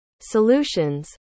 solutions